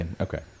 Okay